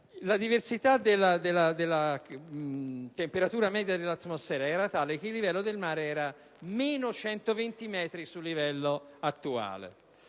la diversità della temperatura media dell'atmosfera era tale che il livello del mare era 120 metri inferiore a quello attuale.